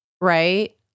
right